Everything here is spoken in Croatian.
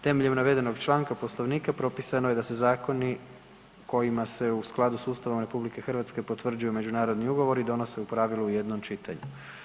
Temeljem navedenog članka Poslovnika propisano je da se zakoni kojima se u skladu s Ustavom RH potvrđuju međunarodni ugovori donose u pravilu u jednom čitanju.